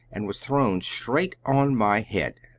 and was thrown straight on my head.